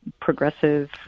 progressive